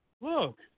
look